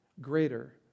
greater